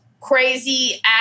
crazy